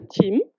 team